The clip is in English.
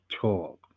talk